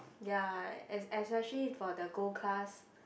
ya es~ especially for the Gold Class